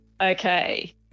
Okay